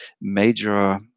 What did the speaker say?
major